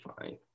Fine